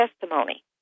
testimony